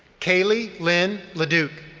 kaylie lynn liduke.